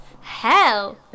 Hell